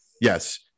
Yes